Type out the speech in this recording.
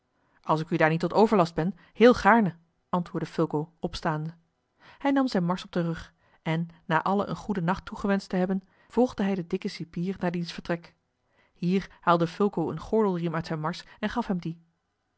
als ik u daar niet tot overlast ben heel gaarne antwoordde fulco opstaande hij nam zijne mars op den rug en na allen een goeden nacht toegewenscht te hebben volgde hij den dikken cipier naar diens vertrek hier haalde fulco een gordelriem uit zijne mars en gaf hem dien